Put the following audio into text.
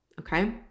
okay